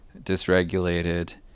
dysregulated